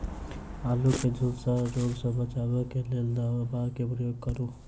आलु केँ झुलसा रोग सऽ बचाब केँ लेल केँ दवा केँ प्रयोग करू?